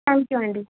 thank you అండి